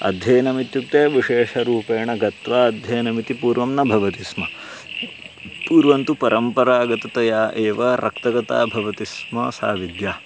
अध्ययनमित्युक्ते विशेषरूपेण गत्वा अध्ययनमिति पूर्वं न भवति स्म पूर्वं तु परम्परागततया एव रक्तगता भवति स्म सा विद्या